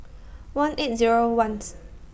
one eight Zero one's